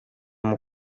nabo